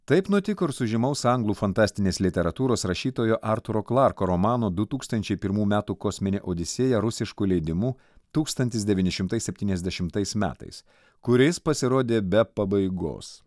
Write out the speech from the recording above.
taip nutiko ir su žymaus anglų fantastinės literatūros rašytojo artūro klarko romano du tūkstančiai pirmų metų kosminė odisėja rusišku leidimu tūkstantis devyni šimtai septyniasdešimtais metais kuris pasirodė be pabaigos